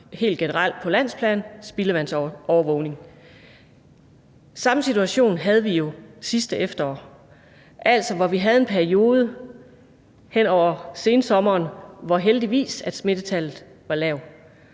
helt generelt og på landsplan. Samme situation havde vi jo sidste efterår, altså hvor vi havde en periode hen over sensommeren, hvor smittetallet heldigvis